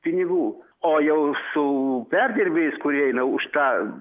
pinigų o jau su perdirbėjais kurie eina už tą